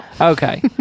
Okay